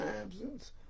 absence